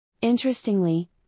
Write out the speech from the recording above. Interestingly